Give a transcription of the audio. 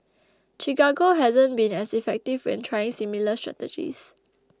Chicago hasn't been as effective when trying similar strategies